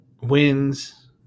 wins